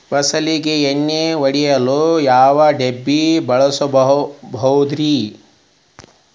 ಫಸಲಿಗೆ ಎಣ್ಣೆ ಹೊಡೆಯಲು ಯಾವ ಡಬ್ಬಿ ಬಳಸುವುದರಿ?